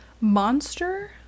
Monster